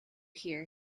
here